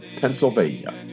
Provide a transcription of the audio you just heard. Pennsylvania